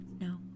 No